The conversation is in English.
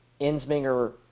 Insminger